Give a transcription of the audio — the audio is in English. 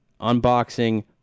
Unboxing